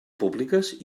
públiques